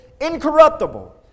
incorruptible